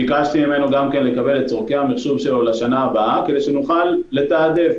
ביקשתי ממנו גם כן לקבל את צרכי המחשוב שלו לשנה הבאה כדי שנוכל לתעדף.